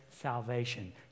salvation